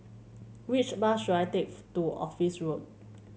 which bus should I take to Office Road